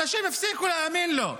אנשים הפסיקו להאמין לו.